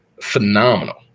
Phenomenal